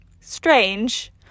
strange